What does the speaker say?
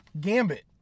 Gambit